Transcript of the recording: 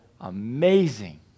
amazing